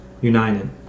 united